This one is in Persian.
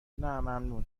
ممنون